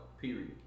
Period